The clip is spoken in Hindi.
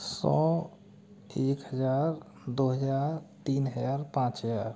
सौ एक हज़ार दो हज़ार तीन हज़ार पाँच हज़ार